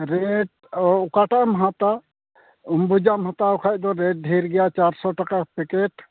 rate ᱚᱠᱟᱴᱟᱜ ᱮᱢ ᱦᱟᱛᱟ ᱟᱢᱵᱩᱡᱟᱢ ᱦᱟᱛᱟᱣ ᱠᱷᱟᱱ ᱫᱚ ᱨᱮᱹᱴ ᱰᱷᱮᱨ ᱜᱮᱭᱟ ᱪᱟᱨᱥᱚ ᱴᱟᱠᱟ ᱯᱮᱠᱮᱴ